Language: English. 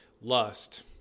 lust